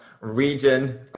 region